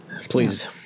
please